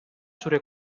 zure